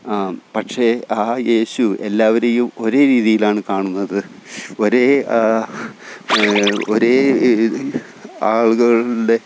പക്ഷേ ആ യേശു എല്ലാവരെയും ഒരേ രീതിയിലാണ് കാണുന്നത് ഒരേ ഒരേ ഇതി ആളുകളുടെ